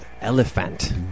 Elephant